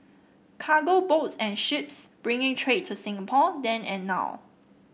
cargo boats and ships bringing trade to Singapore then and now